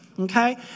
okay